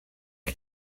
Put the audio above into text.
chi